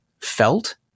felt